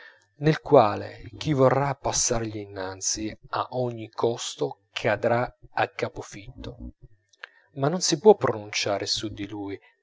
nel quale chi vorrà passargli innanzi a ogni costo cadrà a capofitto ma non si può pronunciare su di lui